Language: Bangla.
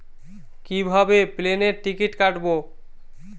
কিভাবে প্লেনের টিকিট কাটব?